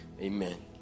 amen